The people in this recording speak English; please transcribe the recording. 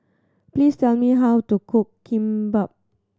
please tell me how to cook Kimbap